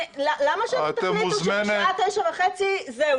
למה שאתם תחליטו שבשעה תשע וחצי זהו,